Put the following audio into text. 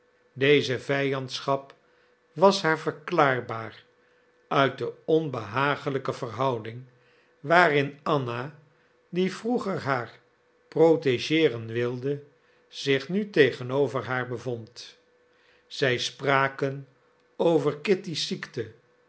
deze vijandschap was haar verklaarbaar uit de onbehagelijke verhouding waarin anna die vroeger haar protegeeren wilde zich nu tegenover haar bevond zij spraken over kitty's ziekte